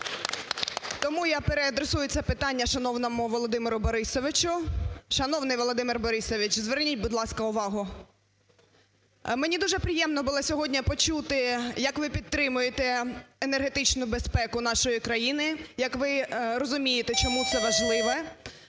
Тому я переадресую це питання шановному Володимиру Борисовичу. Шановний Володимир Борисович, зверніть, будь ласка, увагу. Мені дуже приємно було сьогодні почути, як ви підтримуєте енергетичну безпеку нашої країни, як ви розумієте, чому це важливо.